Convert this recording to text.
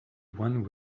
one